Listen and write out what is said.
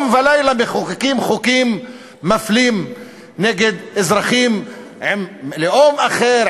ולילה מחוקקים חוקים מפלים נגד אזרחים עם לאום אחר,